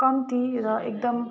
कम्ती र एकदम